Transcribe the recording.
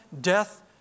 death